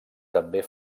també